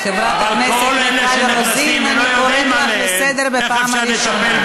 חברת הכנסת מיכל רוזין, אני מבקשת לא להפריע.